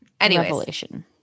Revelation